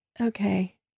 okay